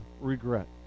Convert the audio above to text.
regret